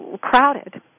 crowded